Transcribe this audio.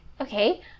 Okay